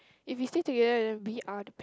if we still together then we are p~